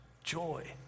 Joy